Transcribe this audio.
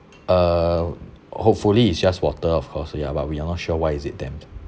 uh hopefully it's just water of course ya but we are not sure why is it damp